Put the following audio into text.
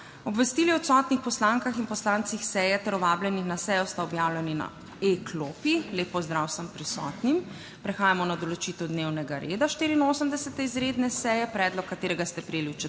Obvestili o odsotnih poslankah in poslancih seje ter vabljeni na sejo sta objavljeni na e-klopi. Lep pozdrav vsem prisotnim! Prehajamo na **določitev dnevnega reda** 84. izredne seje, predlog katerega ste prejeli v